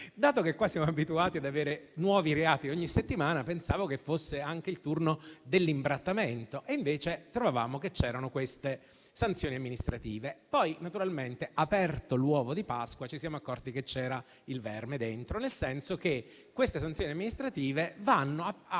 dato che siamo abituati ad avere nuovi reati ogni settimana, pensavo che fosse anche il turno dell'imbrattamento, e invece abbiamo trovato sanzioni amministrative. Poi naturalmente, aperto l'uovo di Pasqua, ci siamo accorti che c'era il verme dentro, nel senso che queste sanzioni amministrative vanno a